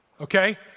okay